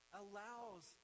allows